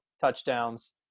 touchdowns